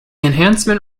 enhancement